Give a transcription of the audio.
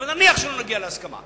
אבל נניח שלא נגיע להסכמה.